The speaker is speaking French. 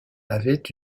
avait